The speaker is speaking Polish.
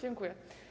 Dziękuję.